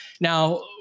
Now